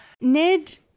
Ned